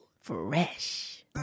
Fresh